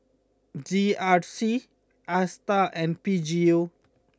G R C Astar and P G U